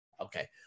Okay